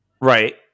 Right